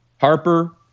Harper